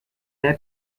der